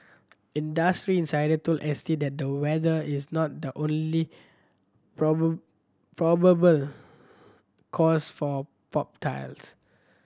industry insider told S T that the weather is not the only probable cause for popped tiles